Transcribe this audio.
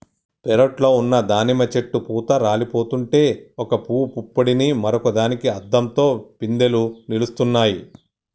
పెరట్లో ఉన్న దానిమ్మ చెట్టు పూత రాలిపోతుంటే ఒక పూవు పుప్పొడిని మరొక దానికి అద్దంతో పిందెలు నిలుస్తున్నాయి